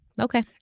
Okay